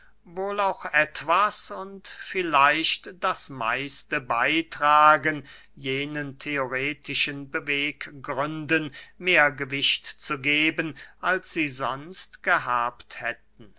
wohl auch etwas und vielleicht das meiste beytragen jenen theoretischen beweggründen mehr gewicht zu geben als sie sonst gehabt hätten